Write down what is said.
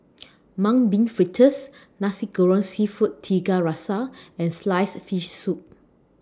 Mung Bean Fritters Nasi Goreng Seafood Tiga Rasa and Sliced Fish Soup